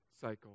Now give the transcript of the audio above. cycle